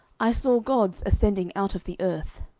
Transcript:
i saw gods ascending out of the earth.